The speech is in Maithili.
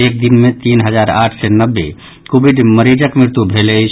एक दिन मे तीन हजार आठ सय नब्बे कोविड मरीजक मृत्यु भेल अछि